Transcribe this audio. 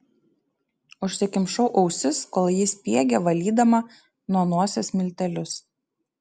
užsikimšau ausis kol ji spiegė valydama nuo nosies miltelius